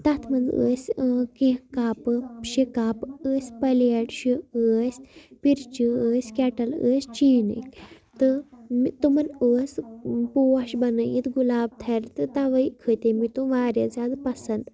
تَتھ منٛز ٲسۍ کینٛہہ کَپہٕ شےٚ کَپ ٲسۍ پَلیٹ شےٚ ٲسۍ پِرچہِ ٲسۍ کَٹٕل ٲسۍ چیٖنٕک تہٕ تمَن ٲس پوش بَنٲیِتھ گُلاب تھَرِ تہٕ تَوَے کھٔتے مےٚ تم واریاہ زیادٕ پَسنٛد